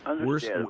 worst